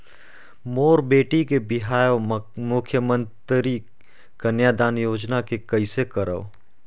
मोर बेटी के बिहाव मुख्यमंतरी कन्यादान योजना ले कइसे करव?